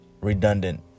redundant